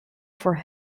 for